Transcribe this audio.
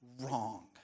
wrong